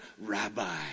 Rabbi